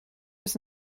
was